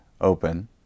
open